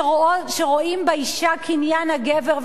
שרואים באשה קניין הגבר,